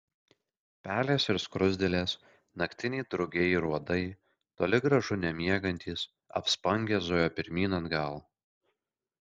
pelės ir skruzdėlės naktiniai drugiai ir uodai toli gražu nemiegantys apspangę zujo pirmyn atgal